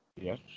Yes